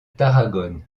tarragone